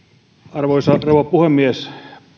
arvoisa rouva puhemies